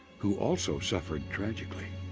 who also suffered tragically.